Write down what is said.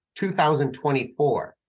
2024